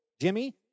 Jimmy